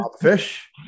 fish